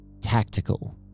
tactical